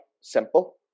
simple